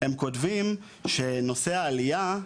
הם כותבים שנושא העלייה,